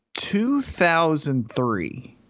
2003